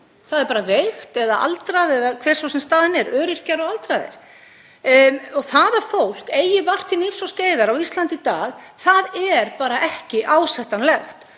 Það er bara veikt eða aldrað eða hver svo sem staðan er; öryrkjar og aldraðir. Það að fólk eigi vart til hnífs og skeiðar á Íslandi í dag er bara ekki ásættanlegt.